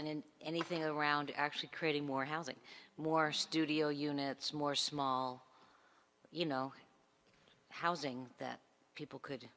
at the end anything around actually creating more housing more studio units more small you know housing that people could